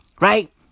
Right